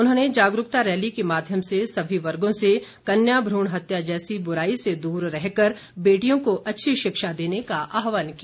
उन्होंने जागरूकता रैली के माध्यम से सभी वर्गो से कन्या भ्रूण हत्या जैसी बुराई से दूर रहकर बेटियों को अच्छी शिक्षा देने का आह्वान किया